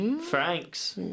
Franks